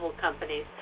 companies